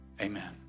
amen